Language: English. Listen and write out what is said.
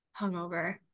hungover